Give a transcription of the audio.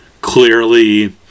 clearly